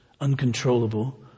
uncontrollable